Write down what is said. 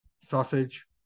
sausage